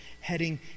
heading